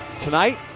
tonight